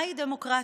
מהי דמוקרטיה,